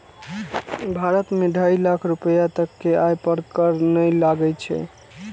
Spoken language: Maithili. भारत मे ढाइ लाख रुपैया तक के आय पर कर नै लागै छै